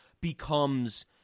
becomes